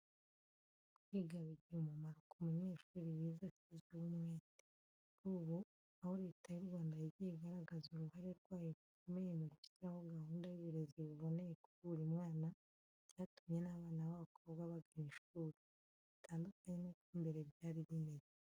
Kwiga bigira umumaro ku munyeshuri wize ashyizeho umwete. Kuri ubu, aho Leta y'u Rwanda yagiye igaragaza uruhare rwayo rukomeye mu gushyiraho gahunda y'uburezi buboneye kuri buri mwana, byatumye n'abana b'abakobwa bagana ishuri, bitandukanye n'uko mbere byari bimeze.